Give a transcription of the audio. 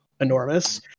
enormous